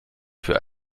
für